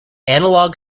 analog